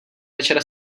večer